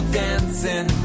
dancing